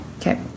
Okay